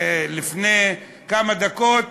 לפני כמה דקות